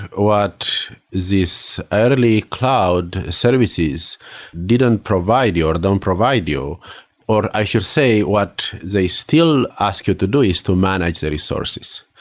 what this early cloud services didn't provide you or don't provide you or i should say what they still ask you to do is to manage the resources.